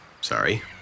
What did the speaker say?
Sorry